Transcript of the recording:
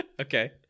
Okay